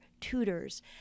tutors